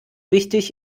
wichtig